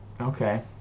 Okay